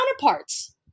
counterparts